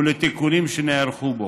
ולתיקונים שנערכו בו.